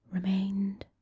remained